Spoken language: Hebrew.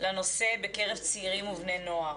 לנושא בקרב צעירים ובני נוער.